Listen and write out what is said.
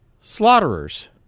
slaughterers